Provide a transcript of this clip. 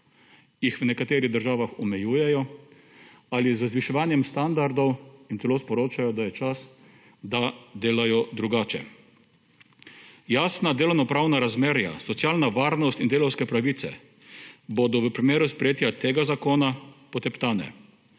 jih v nekaterih državah omejujejo ali z zviševanjem standardov in celo sporočajo, da je čas, da delajo drugače. Jasna delovno-pravna razmerja, socialna varnost in delavske pravice bodo v primeru sprejetja tega zakona poteptane.